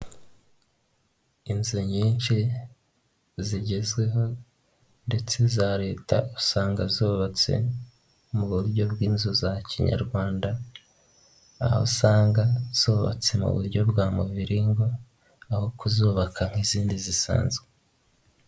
Inzu nyinshi zigezweho ndetse za leta usanga zubatse mu buryo bw'inzu za kinyarwanda aho usanga zubatse mu buryo bwa muviringo aho kuzubaka nk'izindi zisanzwe.